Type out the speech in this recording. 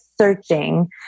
searching